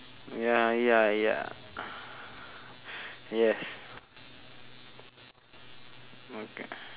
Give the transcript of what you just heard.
ya ya ya yes okay